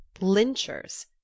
lynchers